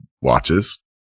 watches